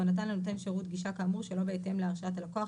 או נתן לנותן שירות גישה כאמור שלא בהתאם להרשאת הלקוח,